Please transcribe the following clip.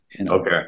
Okay